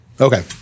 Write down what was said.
Okay